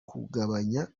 kugabanya